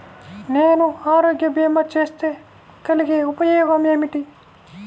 నేను ఆరోగ్య భీమా చేస్తే కలిగే ఉపయోగమేమిటీ?